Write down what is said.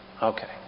Okay